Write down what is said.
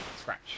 scratch